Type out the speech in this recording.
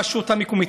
הרשות המקומית,